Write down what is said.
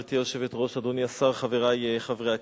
גברתי היושבת-ראש, אדוני השר, חברי חברי הכנסת,